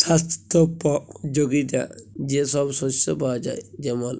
স্বাস্থ্যপ যগীতা যে সব শস্য পাওয়া যায় যেমল